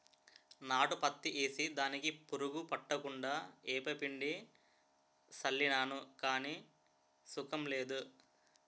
నాటు పత్తి ఏసి దానికి పురుగు పట్టకుండా ఏపపిండి సళ్ళినాను గాని సుకం లేదు